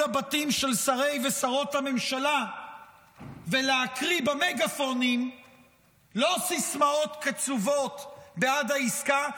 הבתים של שרי ושרות הממשלה ולהקריא במגפונים לא סיסמאות קצובות בעד העסקה,